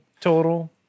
total